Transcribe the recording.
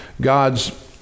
God's